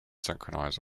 synchronize